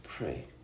Pray